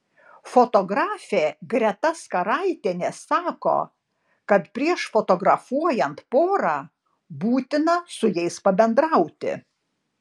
fotografė greta skaraitienė sako kad prieš fotografuojant porą būtina su jais pabendrauti